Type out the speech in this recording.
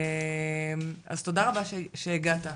תודה רבה שהגעת,